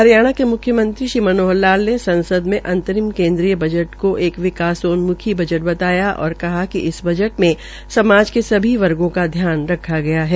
हरियाणा के मुख्यमंत्री मनोहर लाल ने संसद में अंतरिम केंद्रीय बजट को एक विकासोन्मुखी बजट बताया और कहा कि इस बजट में समाज के सभी वर्गो का ध्यान रखा गया है